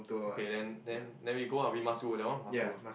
okay then then then we go out we must would that one must go